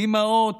אימהות,